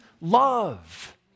love